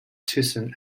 tucson